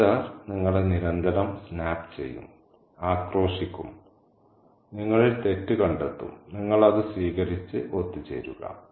ഉന്നതർ നിങ്ങളെ നിരന്തരം സ്നാപ്പ് ചെയ്യും ആക്രോശിക്കും നിങ്ങളിൽ തെറ്റ് കണ്ടെത്തും നിങ്ങൾ അത് സ്വീകരിച്ച് ഒത്തുചേരുക